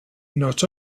not